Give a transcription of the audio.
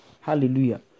Hallelujah